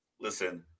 Listen